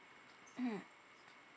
um